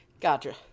Gotcha